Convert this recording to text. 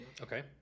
okay